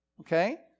Okay